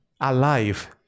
alive